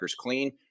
clean